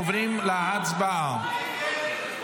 עוברים להצבעה.